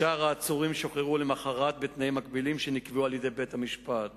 ושאר העצורים שוחררו למחרת בתנאים מגבילים שנקבעו על-ידי בית-המשפט